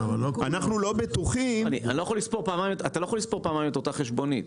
אנחנו לא בטוחים --- אתה לא יכול לספור פעמיים את אותה חשבונית,